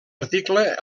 article